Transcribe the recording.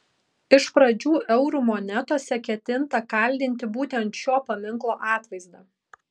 iš pradžių eurų monetose ketinta kaldinti būtent šio paminklo atvaizdą